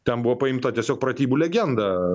ten buvo paimta tiesiog pratybų legenda